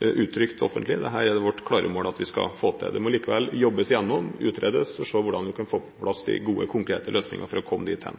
uttrykt offentlig. Det er vårt klare mål at vi skal få til dette. Det må likevel jobbes igjennom, utredes, for å se hvordan vi kan få på plass de gode, konkrete løsningene for å komme dit hen.